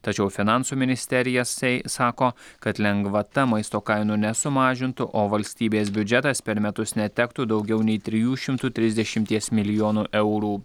tačiau finansų ministerija sei sako kad lengvata maisto kainų nesumažintų o valstybės biudžetas per metus netektų daugiau nei trijų šimtų trisdešimties milijonų eurų